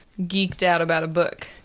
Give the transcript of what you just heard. geeked-out-about-a-book